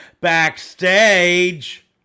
backstage